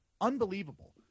Unbelievable